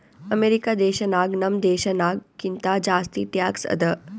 America ದೇಶನಾಗ್ ನಮ್ ದೇಶನಾಗ್ ಕಿಂತಾ ಜಾಸ್ತಿ ಟ್ಯಾಕ್ಸ್ ಅದಾ